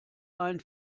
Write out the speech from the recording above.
ein